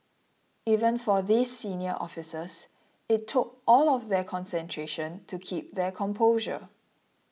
even for these senior officers it took all of their concentration to keep their composure